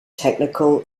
technical